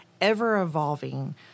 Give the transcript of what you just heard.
ever-evolving